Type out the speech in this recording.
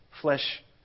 Flesh